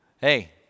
Hey